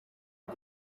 who